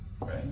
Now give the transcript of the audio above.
Right